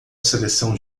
seleção